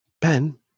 ben